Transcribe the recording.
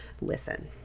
listen